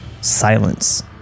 Silence